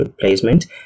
placement